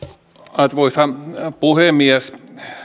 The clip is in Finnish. arvoisa puhemies